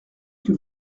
que